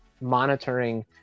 monitoring